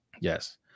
Yes